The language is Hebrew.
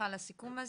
לך גם לדבר.